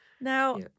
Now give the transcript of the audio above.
Now